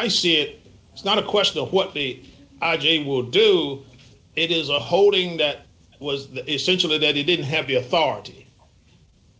i see it it's not a question of what the i j a will do it is a holding that was essentially that he didn't have the authority